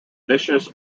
vicious